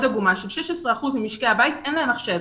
עגומה לפיה ל-16 אחוזים ממשקי הבית אין להם מחשב